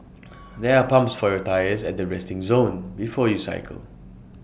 there are pumps for your tyres at the resting zone before you cycle